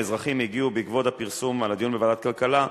מאזרחים הגיעו בעקבות הפרסום על הדיון בוועדת הכלכלה,